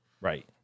Right